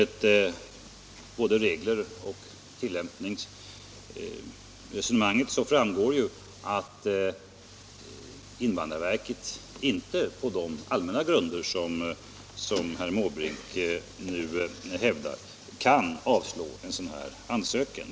Av både reglerna och tillämpningsresonemanget framgår ju att invandrarverket inte, på de allmänna grunder som herr Måbrink nu hävdar, kan avslå en sådan här ansökan.